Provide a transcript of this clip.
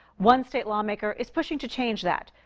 one state lawmaker is pushing to change that.